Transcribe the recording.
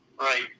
Right